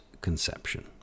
conception